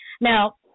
Now